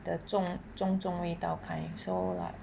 the 重重重味道 kind so like